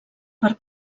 per